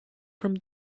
from